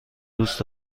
دوست